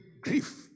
grief